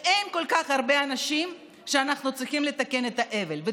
ואין כל כך הרבה אנשים שאנחנו צריכים לתקן להם את העוול,